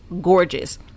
gorgeous